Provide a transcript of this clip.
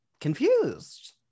confused